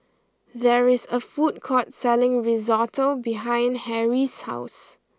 there is a food court selling Risotto behind Harrie's house